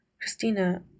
Christina